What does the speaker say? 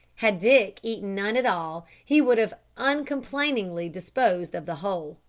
had dick eaten none at all he would have uncomplainingly disposed of the whole.